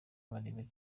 bakiri